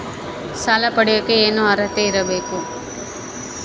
ಸಾಲ ಪಡಿಯಕ ಏನು ಅರ್ಹತೆ ಇರಬೇಕು?